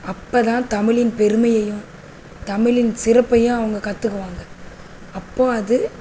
அப்போதான் தமிழின் பெருமையையும் தமிழின் சிறப்பையும் அவங்க கற்றுக்குவாங்க அப்போது அது